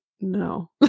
no